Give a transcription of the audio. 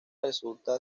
resulta